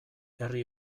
herri